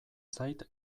zait